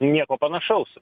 nieko panašaus